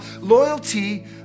loyalty